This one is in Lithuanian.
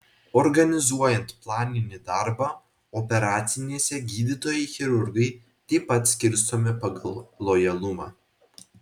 organizuojant planinį darbą operacinėse gydytojai chirurgai taip pat skirstomi pagal lojalumą